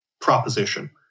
proposition